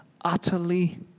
utterly